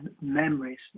memories